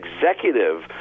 executive